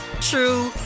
true